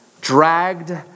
dragged